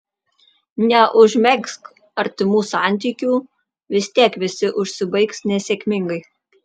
neužmegzk artimų santykių vis tiek visi užsibaigs nesėkmingai